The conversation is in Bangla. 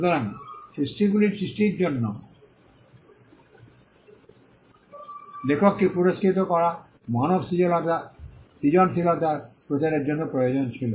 সুতরাং সৃষ্টিশীল সৃষ্টির জন্য লেখককে পুরস্কৃত করা মানব সৃজনশীলতার প্রচারের জন্য প্রয়োজনীয় ছিল